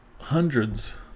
hundreds